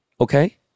Okay